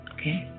Okay